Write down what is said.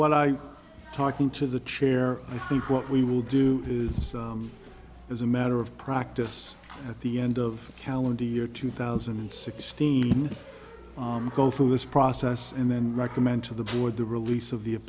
what i talking to the chair i think what we will do is as a matter of practice at the end of calendar year two thousand and sixteen go through this process and then recommend to the board the release of the